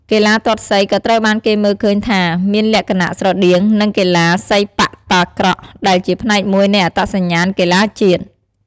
កីឡាទាត់សីក៏ត្រូវបានគេមើលឃើញថាមានលក្ខណៈស្រដៀង នឹងកីឡាសីប៉ាក់តាក្រក់ ដែលជាផ្នែកមួយនៃអត្តសញ្ញាណកីឡាជាតិ។